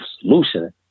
solution